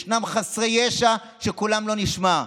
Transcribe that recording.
ישנם חסרי ישע שקולם לא נשמע.